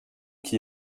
qui